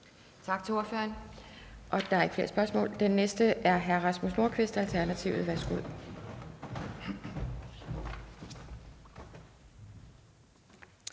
Tak til ordføreren. Der er ikke flere spørgsmål. Den næste er hr. Rasmus Nordqvist, Alternativet. Værsgo.